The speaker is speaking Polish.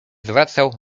zwracał